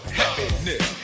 happiness